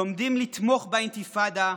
לומדים לתמוך באינתיפאדה,